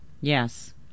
Yes